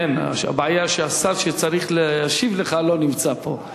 כן, הבעיה שהשר שצריך להשיב לך לא נמצא פה.